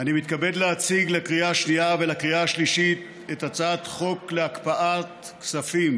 אני מתכבד להציג לקריאה שנייה ולקריאה שלישית את הצעת חוק להקפאת כספים